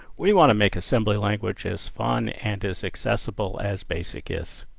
we want to make assembly language as fun and as accessible as basic is.